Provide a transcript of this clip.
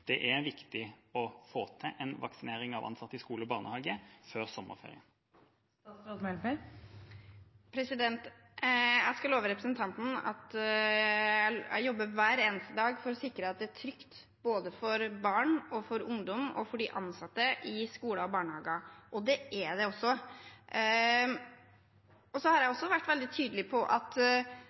det hele tatt statsråden det er viktig å få til en vaksinering av ansatte i skoler og barnehager før sommerferien? Jeg kan love representanten at jeg jobber hver eneste dag for å sikre at det er trygt både for barn, for ungdom og for de ansatte i skoler og barnehager, og det er det også. Jeg har også vært veldig tydelig på at